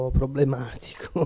problematico